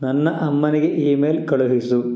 ನನ್ನ ಅಮ್ಮನಿಗೆ ಇಮೇಲ್ ಕಳುಹಿಸು